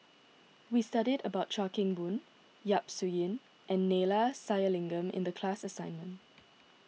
we studied about Chuan Keng Boon Yap Su Yin and Neila Sathyalingam in the class assignment